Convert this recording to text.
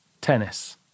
tennis